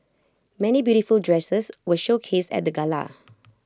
many beautiful dresses were showcased at the gala